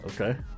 Okay